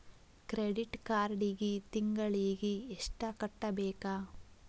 credit ಕಾರ್ಡಿಗಿ ತಿಂಗಳಿಗಿ ಎಷ್ಟ ಕಟ್ಟಬೇಕ